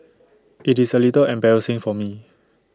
IT is A little embarrassing for me